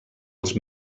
els